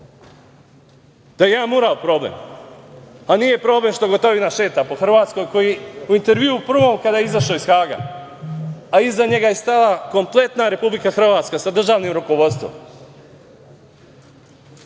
da je jedan mural problem, a nije problem što Gotovina šeta po Hrvatskoj, koji u intervju prvom kada je izašao iz Haga, a iza njega je stala kompletna Republika Hrvatska sa državnim rukovodstvom.